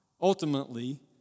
ultimately